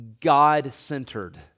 God-centered